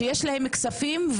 מה קשור משרד החוץ?